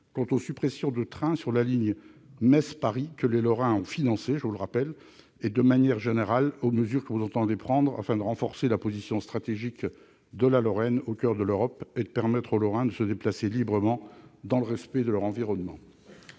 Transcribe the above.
quant aux suppressions de trains sur la ligne Metz-Paris, que les Lorrains ont financée, et, de manière générale, sur les mesures qu'il entend prendre afin de renforcer la position stratégique de la Lorraine au coeur de l'Europe et de permettre aux Lorrains de se déplacer librement, dans le respect de leur environnement.